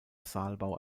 saalbau